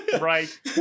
right